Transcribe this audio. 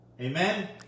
Amen